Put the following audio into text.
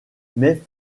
mais